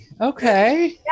Okay